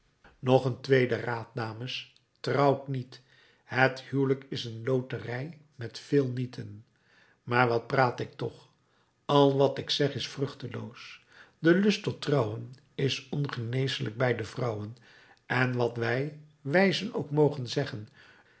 nog een tweede raad dames trouwt niet het huwelijk is een loterij met veel nieten maar wat praat ik toch al wat ik zeg is vruchteloos de lust tot trouwen is ongeneeslijk bij de vrouwen en wat wij wijzen ook mogen zeggen